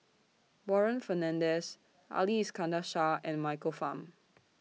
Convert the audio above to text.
Warren Fernandez Ali Iskandar Shah and Michael Fam